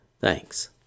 Thanks